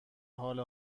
حال